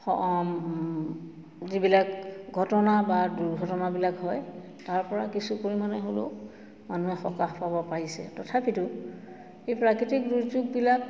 যিবিলাক ঘটনা বা দুৰ্ঘটনাবিলাক হয় তাৰ পৰা কিছু পৰিমাণে হ'লেও মানুহে সকাহ পাব পাৰিছে তথাপিতো এই প্ৰাকৃতিক দুৰ্যোগবিলাক